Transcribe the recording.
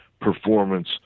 performance